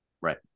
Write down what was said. right